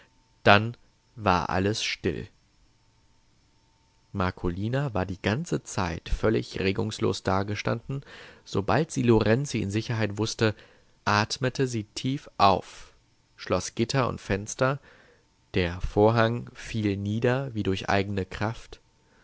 dann war alles still marcolina war die ganze zeit völlig regungslos dagestanden sobald sie lorenzi in sicherheit wußte atmete sie tief auf schloß gitter und fenster der vorhang fiel nieder wie durch eigene kraft